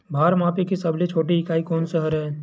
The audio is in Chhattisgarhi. भार मापे के सबले छोटे इकाई कोन सा हरे?